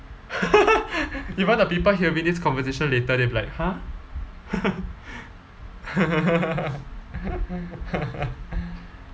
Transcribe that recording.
you want the people hearing this conversation later they'll be like !huh!